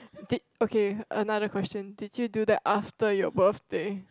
did okay another question did you do that after your birthday